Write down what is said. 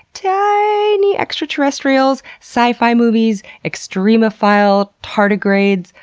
tiiiiiiny extraterrestrials, sci-fi movies, extremophile tardigrades,